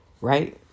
right